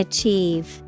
Achieve